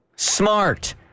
Smart